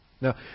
Now